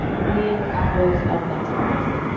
being apple's up next artist.